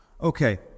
Okay